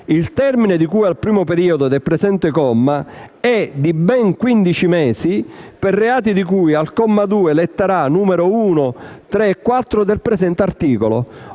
Il termine di cui al primo periodo del presente comma è di - ben -quindici mesi per i reati di cui al comma 2, lettera *a*), numeri 1), 3) e 4), del presente articolo.